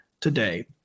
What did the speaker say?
today